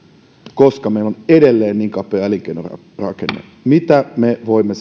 koska meillä on edelleen niin kapea elinkeinorakenne mitä me voimme